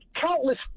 countless